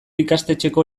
ikastetxeko